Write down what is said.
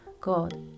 God